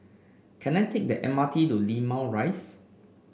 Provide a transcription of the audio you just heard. can I take the M R T to Limau Rise